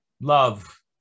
Love